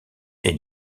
est